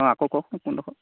অঁ আকৌ কওকচোন কোনডোখৰ